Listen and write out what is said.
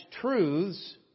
truths